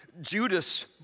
Judas